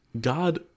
God